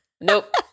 Nope